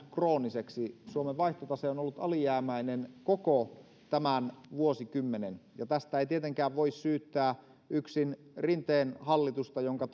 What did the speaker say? krooniseksi suomen vaihtotase on ollut alijäämäinen koko tämän vuosikymmenen ja tästä ei tietenkään voi syyttää yksin rinteen hallitusta jonka